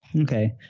Okay